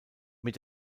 mit